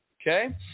Okay